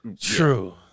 True